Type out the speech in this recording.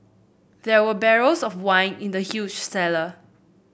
there were barrels of wine in the huge cellar